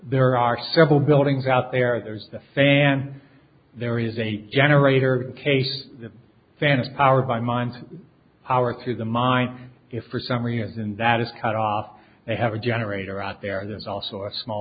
there are several buildings out there there's a fan there is a generator case fan is powered by mind power to the mind for summary and that is cut off they have a generator out there there's also a small